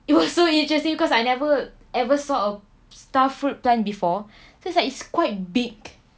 it was so interesting because I never ever saw a starfruit plant before so it's like it's quite big